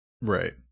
Right